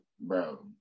Bro